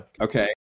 okay